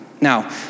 Now